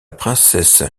princesse